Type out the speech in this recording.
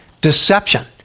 deception